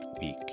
week